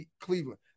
Cleveland